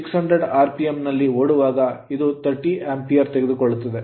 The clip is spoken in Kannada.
600 rpm ಆರ್ ಪಿಎಂನಲ್ಲಿ ಓಡುವಾಗ ಇದು 30 Ampere ಆಂಪಿಯರ್ ತೆಗೆದುಕೊಳ್ಳುತ್ತದೆ